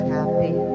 happy